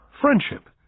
friendship